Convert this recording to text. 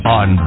on